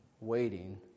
waiting